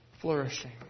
flourishing